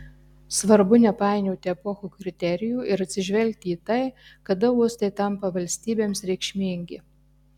svarbu nepainioti epochų kriterijų ir atsižvelgti į tai kada uostai tampa valstybėms reikšmingi